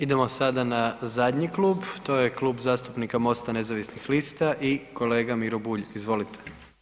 Idemo sada na zadnji klub, to je Klub zastupnika MOST-a nezavisnih lista i kolega Miro Bulj, izvolite.